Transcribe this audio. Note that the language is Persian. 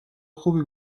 خوبی